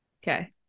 Okay